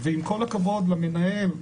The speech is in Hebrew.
ועם כל הכבוד למנהל,